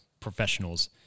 professionals